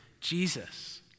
Jesus